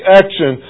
action